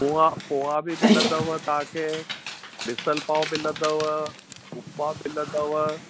पोहा पोहा बि मिलंदव तव्हां खे मिसल पाव मिलंदव उपमा मिलंदव